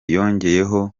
yongeyeho